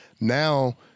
Now